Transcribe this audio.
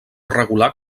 regular